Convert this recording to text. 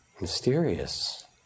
Mysterious